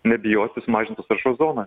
nebijoti sumažintos taršos zoną